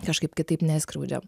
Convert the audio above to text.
kažkaip kitaip neskriaudžiam